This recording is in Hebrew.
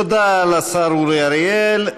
תודה לשר אורי אריאל.